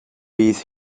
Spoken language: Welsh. bydd